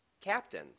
Captain